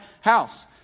house